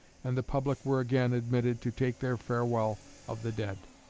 and the public were again admitted to take their farewell of the dead.